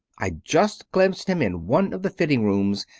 i just glimpsed him in one of the fitting-rooms.